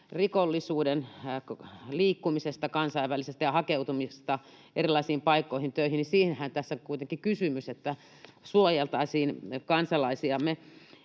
rikolliset liikkuvat kansainvälisesti ja hakeutuvat erilaisiin paikkoihin töihin, ja siitähän tässä kuitenkin on kysymys, että suojeltaisiin kansalaisiamme.